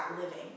living